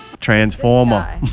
Transformer